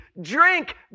drink